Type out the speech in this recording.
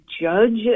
judge